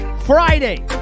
Friday